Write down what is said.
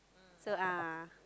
so ah